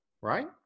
right